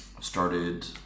Started